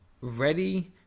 ready